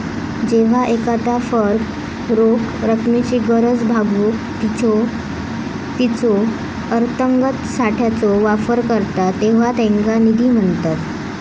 जेव्हा एखादा फर्म रोख रकमेची गरज भागवूक तिच्यो अंतर्गत साठ्याचो वापर करता तेव्हा त्याका निधी म्हणतत